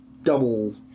Double